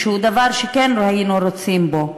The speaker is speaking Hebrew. שהוא דבר שכן היינו רוצים בו,